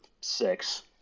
six